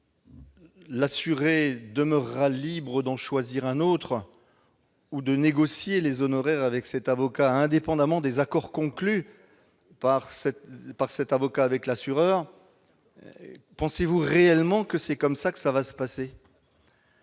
l'assuré demeurera libre d'en choisir un autre ou de négocier les honoraires avec cet avocat indépendamment des accords conclus avec l'assureur. Mais pensez-vous réellement que c'est de cette manière que cela va se passer ?